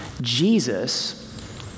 Jesus